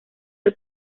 del